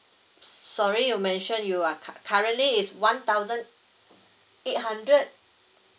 sorry you mentioned you are cu~ currently is one thousand eight hundred